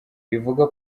wivuga